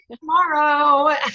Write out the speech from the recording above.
tomorrow